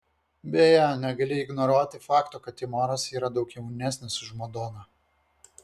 beje negali ignoruoti fakto kad timoras yra daug jaunesnis už madoną